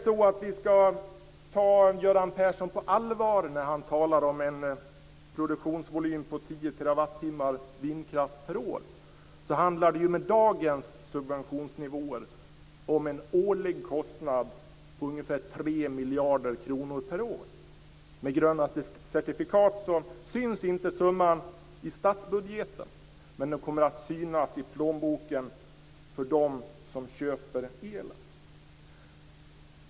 Om vi ska ta Göran Persson på allvar när han pratar om en produktionsvolym på 10 terawattimmar vindkraft per år, handlar det med dagens subventionsnivåer om en årlig kostnad på ungefär 3 miljarder kronor. Med gröna certifikat syns inte summan i statsbudgeten. Men den kommer att synas i plånboken för dem som köper el.